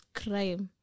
crime